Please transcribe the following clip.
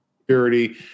security